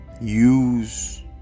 use